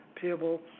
payable